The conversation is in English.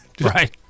right